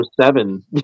Seven